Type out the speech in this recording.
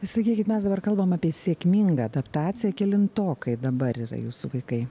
sakykit mes dabar kalbam apie sėkmingą adaptaciją kelintokai dabar yra jūsų vaikai